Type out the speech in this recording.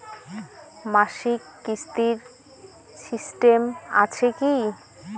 মাসিক কিস্তির সিস্টেম আছে কি?